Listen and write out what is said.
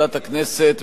בוועדת הכנסת,